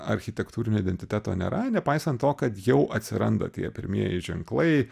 architektūrinio identiteto nėra nepaisant to kad jau atsiranda tie pirmieji ženklai